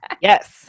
Yes